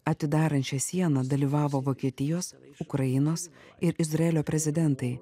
atidarant šią sieną dalyvavo vokietijos ukrainos ir izraelio prezidentai